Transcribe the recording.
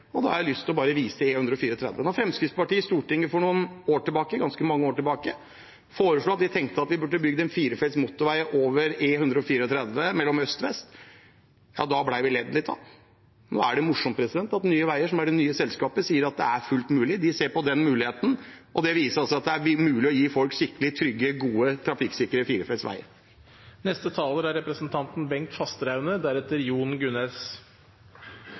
Da har jeg bare lyst til å vise til E134. Da Fremskrittspartiet i Stortinget for noen år tilbake – ganske mange år tilbake – foreslo å bygge en firefelts motorvei over E134 mellom øst og vest, ble vi ledd litt av. Da er det morsomt at Nye Veier, som er det nye selskapet, sier at det er fullt mulig, de ser på den muligheten. Det viser at det er mulig å gi folk skikkelige, trygge, gode og trafikksikre firefeltsveier. Stortinget har satt fem mål for utbygging, drift og vedlikehold av veinettet i Norge. Det er